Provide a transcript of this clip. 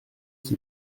qui